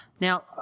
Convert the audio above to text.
Now